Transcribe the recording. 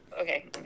okay